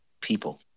people